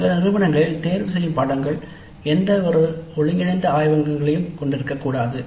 சில நிறுவனங்களில் தேர்தல்கள் எந்தவொரு ஒருங்கிணைந்த ஆய்வகங்களையும் கொண்டிருக்கக்கூடாது